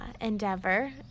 endeavor